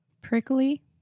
Prickly